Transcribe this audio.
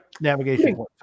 Navigation